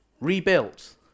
rebuilt